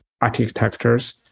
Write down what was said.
architectures